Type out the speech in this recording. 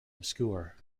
obscure